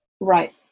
right